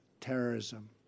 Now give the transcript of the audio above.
terrorism